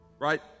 right